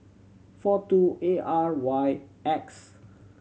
four two A R Y X